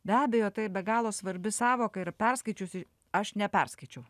be abejo tai be galo svarbi sąvoka ir perskaičiusi aš neperskaičiau